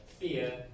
fear